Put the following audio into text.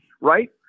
right